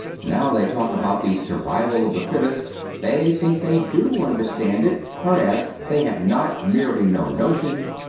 now they talk about the survival of the fittest they think they do understand it, whereas they have not merely no notion,